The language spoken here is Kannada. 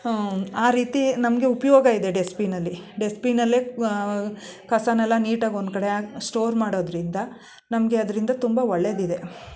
ಆ ರೀತಿ ನಮಗೆ ಉಪಯೋಗ ಇದೆ ಡಸ್ಟ್ಬಿನಲ್ಲಿ ಡಸ್ಟ್ಬಿನಲ್ಲೇ ಕಸನೆಲ್ಲ ನೀಟಾಗಿ ಒಂದ್ಕಡೆ ಹಾಕಿ ಸ್ಟೋರ್ ಮಾಡೋದರಿಂದ ನಮಗೆ ಅದರಿಂದ ತುಂಬ ಒಳ್ಳೇದಿದೆ